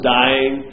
dying